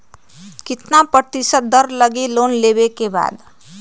कितना प्रतिशत दर लगी लोन लेबे के बाद?